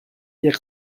jak